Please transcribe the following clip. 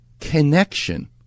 connection